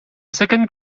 second